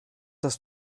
dass